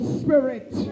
spirit